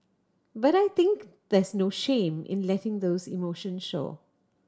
but I think there's no shame in letting those emotions show